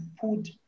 put